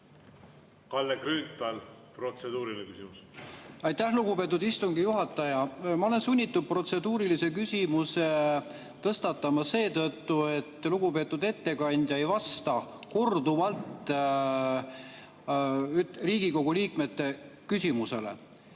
Kalle Grünthal, protseduuriline küsimus. Aitäh, lugupeetud istungi juhataja! Ma olen sunnitud protseduurilise küsimuse tõstatama seetõttu, et lugupeetud ettekandja korduvalt jätab vastamata Riigikogu liikmete küsimusele.